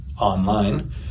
online